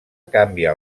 canvia